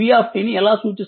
V ని ఎలా సూచిస్తారు